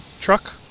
truck